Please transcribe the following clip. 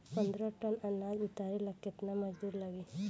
पन्द्रह टन अनाज उतारे ला केतना मजदूर लागी?